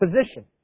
position